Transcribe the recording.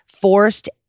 forced